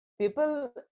people